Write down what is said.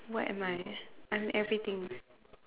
what am I I'm everything